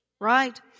right